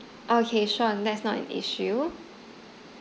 okay sure that's not an issue